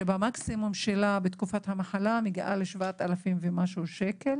שבמקסימום שלה בתקופת המחלה מגיעה ל-7000 ומשהו שקל